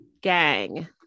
gang